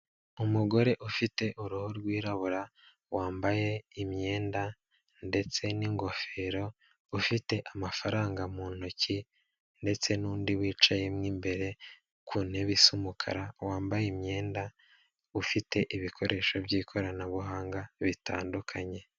Umugore ufite uruhu rw'irabura, wambaye imyenda ndetse n'ingofero, ufite amafaranga mu ntoki ndetse n'undi wicaye mo imbere ku ntebe isa umukara wambaye imyenda, ufite ibikoresho by'ikoranabuhanga bitandukanye.